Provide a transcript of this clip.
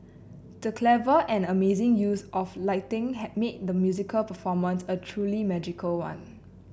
the clever and amazing use of lighting had made the musical performance a truly magical one